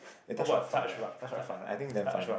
eh touch rug~ fun eh touch rug~ fun I think damn fun